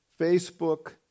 Facebook